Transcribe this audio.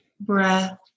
breath